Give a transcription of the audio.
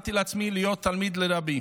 איחלתי לעצמי להיות תלמיד לרבי.